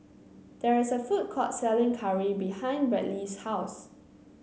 there is a food court selling curry behind Bradley's house